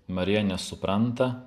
marija nesupranta